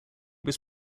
was